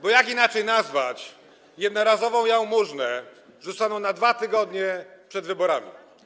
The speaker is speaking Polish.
Bo jak inaczej nazwać jednorazową jałmużnę rzuconą na 2 tygodnie przed wyborami?